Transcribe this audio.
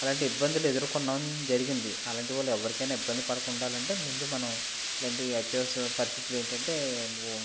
అలాంటి ఇబ్బందులు ఎదుర్కున్నాం జరిగింది అలాంటి వాటివల్ల ఇబ్బంది పడకుండా ఉండాలి అంటే ముందు మనం ఇలాంటి అత్యవసర పరిస్థితుల్లో ఏంటంటే